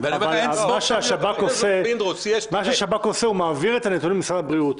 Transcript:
מה ששב"כ עושה זה להעביר את הנתונים למשרד הבריאות.